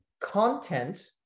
content